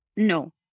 No